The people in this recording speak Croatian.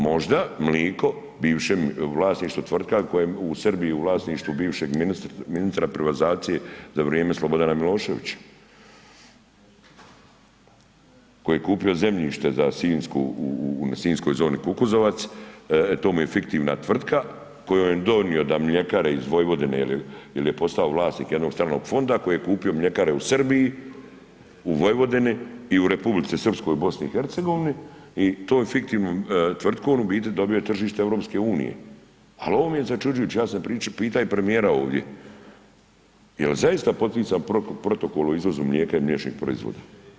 Možda mlijeko bivšem vlasništvu tvrtka koja je Srbiji u vlasništvu bivšeg ministra privatizacije za vrijeme Slobodana Miloševića koji je kupio zemljište u sinjskoj zoni Kukuzovac, to mu je fiktivna tvrtka koji je donio da mljekare iz Vojvodine jer je postao vlasnik jednog stranog fonda koji je kupio mljekare u Srbiji, u Vojvodini, u Republici Srpskoj, u BiH-u, i tom je fiktivnom tvrtkom u biti dobio tržište EU-a ali ovo mi je začuđujuće, ja sam pitao i premijera ovdje, jel' zaista potican protokol o izvozu mlijeka i mliječnih proizvoda?